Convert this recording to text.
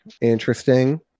Interesting